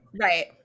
Right